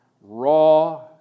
raw